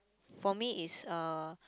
for me it's uh